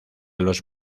los